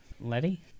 Letty